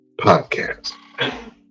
podcast